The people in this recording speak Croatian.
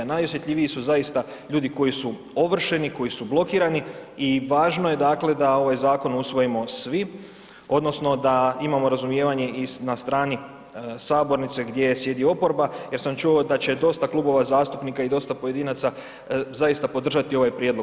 A najosjetljiviji su zaista ljudi koji su ovršeni, koji su blokirani i važno je da ovaj zakonu usvojimo svi odnosno da imamo razumijevanje i na strani sabornice gdje sjedi oporba jer sam čuo da će dosta klubova zastupnika i dosta pojedinaca zaista podržati ovaj prijedlog.